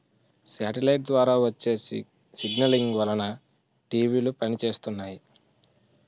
satellite ద్వారా వచ్చే signalling వలన టీవీలు పనిచేస్తున్నాయి